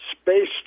Space